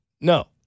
No